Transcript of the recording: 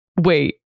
wait